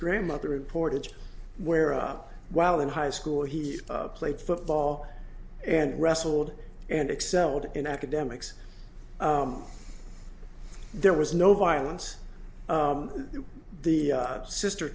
grandmother reportage where up while in high school he played football and wrestled and excelled in academics there was no violence in the sister